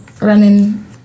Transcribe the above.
Running